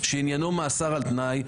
שעניינו מאסר על תנאי,